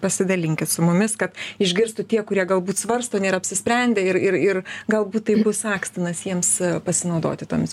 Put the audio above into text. pasidalinkit su mumis kad išgirstų tie kurie galbūt svarsto nėra apsisprendę ir ir ir galbūt tai bus akstinas jiems pasinaudoti tomis